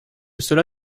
cela